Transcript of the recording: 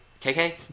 KK